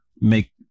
make